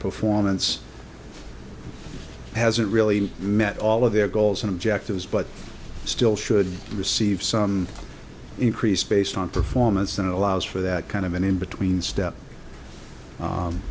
performance hasn't really met all of their goals and objectives but still should receive some increase based on performance then it allows for that kind of an in between step